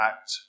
act